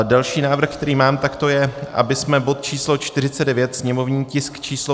Další návrh, který mám, tak to je, abychom bod číslo 49, sněmovní tisk číslo 545